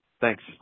Thanks